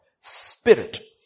spirit